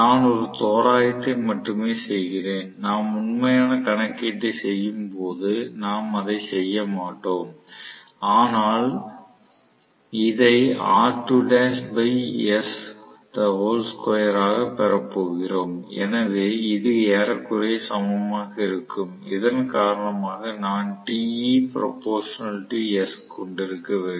நான் ஒரு தோராயத்தை மட்டுமே செய்கிறேன் நாம் உண்மையான கணக்கீட்டைச் செய்யும் போது நாம் அதை செய்ய மாட்டோம் ஆனால் இதை R2 dash by s whole square ஆக பெறப்போகிறோம் எனவே இது ஏறக்குறைய சமமாக இருக்கும் இதன் காரணமாக நான் கொண்டிருக்க வேண்டும்